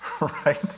Right